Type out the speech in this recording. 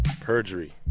perjury